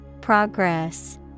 Progress